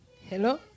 hello